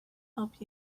help